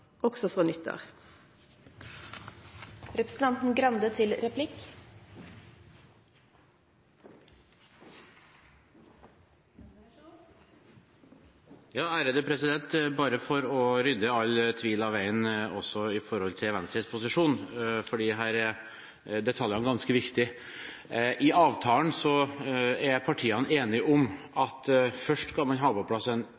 Bare for å rydde all tvil av veien også når det gjelder Venstres posisjon, for her er detaljene ganske viktige: I avtalen er partiene enige om at først skal man ha på plass en